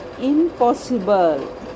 Impossible